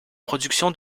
production